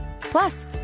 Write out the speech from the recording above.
Plus